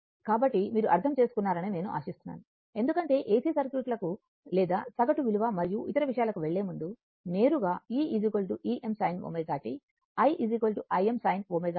కాబట్టి మీరు అర్థం చేసుకున్నారని నేను ఆశిస్తున్నాను ఎందుకంటే ఏసి సర్క్యూట్లకు లేదా సగటు విలువ మరియు ఇతర విషయాలకు వెళ్లేముందు నేరుగా e Em sin ω t i i M sin ω t